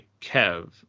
kev